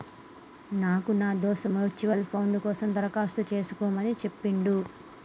నాకు నా దోస్త్ మ్యూచువల్ ఫండ్ కోసం దరఖాస్తు చేసుకోమని చెప్పిండు